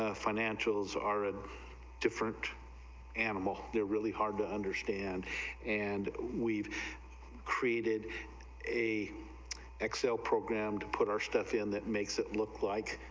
ah financials are of different animals they really hard to understand and we've created the excel program to put our stuff in that makes it look like